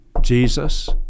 Jesus